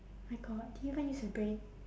my god do you even use your brain